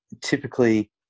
typically